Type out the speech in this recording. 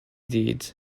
deeds